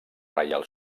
reial